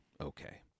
Okay